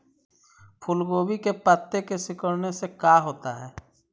फूल गोभी के पत्ते के सिकुड़ने से का होता है?